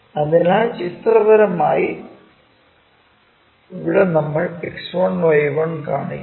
അതിനാൽ ചിത്രപരമായി ഇവിടെ നമ്മൾ X1Y1 കാണിക്കുന്നു